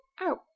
out